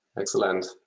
Excellent